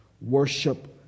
Worship